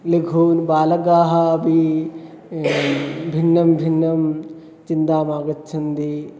लघुन् बालकान् अपि भिन्नं भिन्नं चिन्ता आगच्छति